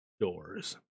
doors